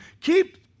keep